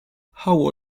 how